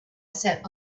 sat